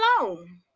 alone